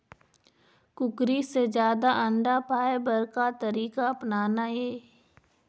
कुकरी से जादा अंडा पाय बर का तरीका अपनाना ये?